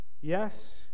Yes